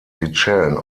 seychellen